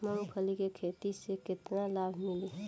मूँगफली के खेती से केतना लाभ मिली?